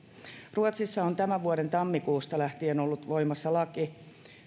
ruotsissa on tämän vuoden tammikuusta lähtien ollut voimassa laki